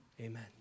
amen